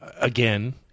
Again